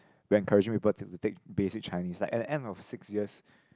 we encouraging people to to take basic Chinese like at the end of six years